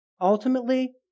Ultimately